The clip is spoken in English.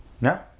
no